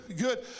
good